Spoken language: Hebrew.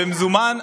במזומן,